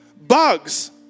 bugs